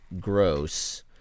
Gross